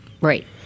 Right